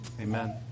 Amen